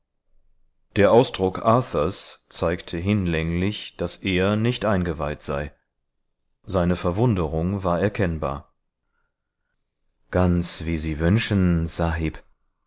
der ausdruck arthurs zeigte hinlänglich daß er nicht eingeweiht sei seine verwunderung war unverkennbar ganz wie sie wünschen sahib